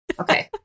Okay